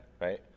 Right